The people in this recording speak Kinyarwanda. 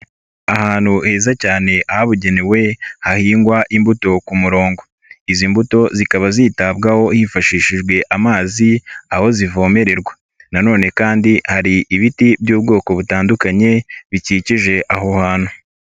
Ahantu heza cyane ahabugenewe hahingwa imbuto ku murongo, izi mbuto zikaba zitabwaho hifashishijwe amazi aho zivomererwa nanone kandi hari ibiti by'ubwoko butandukanye bikikije aho hantu.